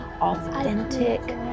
authentic